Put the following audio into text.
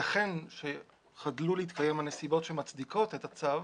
ייתכן שחדלו להתקיים הנסיבות שמצדיקות את הצו,